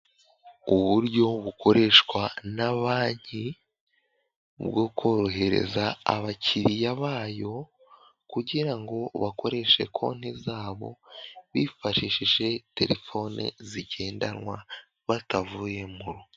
Uburyo bukoreshwa na banki bwo korohereza abakiriya bayo kugira ngo bakoreshe konti zabo bifashishije telefone zigendanwa batavuye mu rugo.